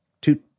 two